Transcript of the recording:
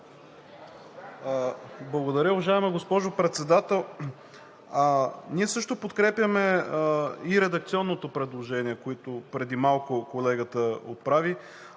Благодаря. Уважаема госпожо Председател, ние също подкрепяме и редакционното предложение, което преди малко колегата отправи,